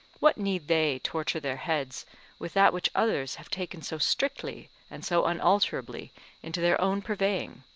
what need they torture their heads with that which others have taken so strictly and so unalterably into their own purveying?